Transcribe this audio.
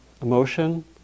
emotion